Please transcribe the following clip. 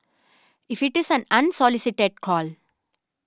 if it is an unsolicited call